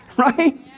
Right